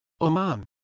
Oman